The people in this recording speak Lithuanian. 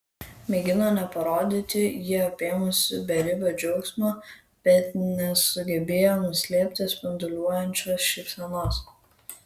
mėgino neparodyti jį apėmusio beribio džiaugsmo bet nesugebėjo nuslėpti spinduliuojančios šypsenos